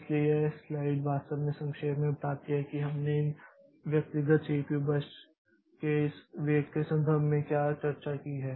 इसलिए यह स्लाइड वास्तव में संक्षेप में बताती है कि हमने इन व्यक्तिगत सीपीयू बर्स्ट के इस वेट के संदर्भ में क्या चर्चा की है